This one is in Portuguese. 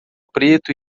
preto